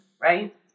right